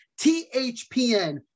THPN